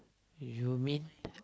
you mean